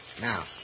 Now